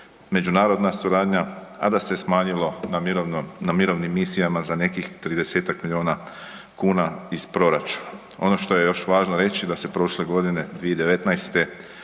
međunarodna suradnja, a da se smanjilo na mirovnim misijama za nekih 30-tak milijuna kuna iz proračuna. Ono što je još važno reći da se prošle godine, 2019.